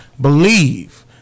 believe